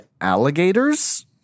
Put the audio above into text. alligators